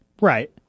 right